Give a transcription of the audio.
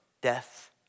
death